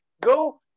go